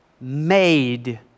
made